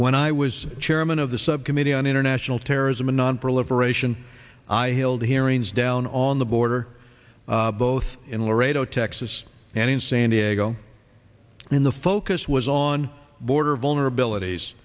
when i was chairman of the subcommittee on international terrorism and nonproliferation i held hearings down on the border both in laredo texas and in san diego the focus was on border vulnerabilities